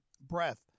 breath